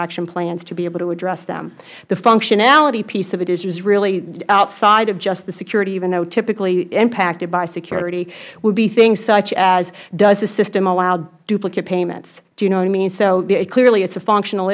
action plans to be able to address them the functionality piece of it is just really outside of just the security even though typically impacted by security would be things such as does the system allow duplicate payments do you know what i mean so clearly it is a functional